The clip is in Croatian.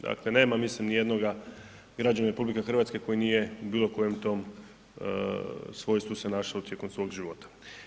Dakle nema mislim ni jednoga građanina RH koji nije u bilo kojem tom, svojstvu se našao tijekom svog života.